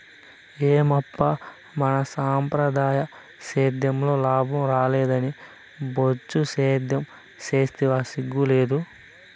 ఏమప్పా మన సంప్రదాయ సేద్యంలో లాభం రాలేదని బొచ్చు సేద్యం సేస్తివా సిగ్గు లేదూ